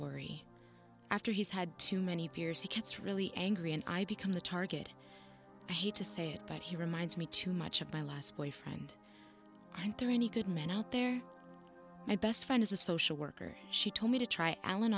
worry after he's had too many beers he gets really angry and i become the target i hate to say it but he reminds me too much of my last boyfriend and through any good man out there and best friend is a social worker she told me to try allan